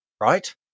right